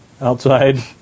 outside